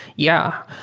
yeah.